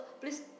please